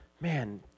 man